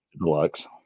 deluxe